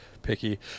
picky